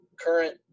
current